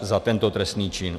za tento trestný čin.